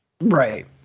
Right